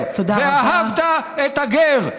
ואהבת את הגר,